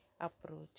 approach